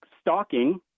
stalking